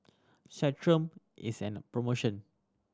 Centrum is an promotion